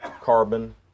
carbon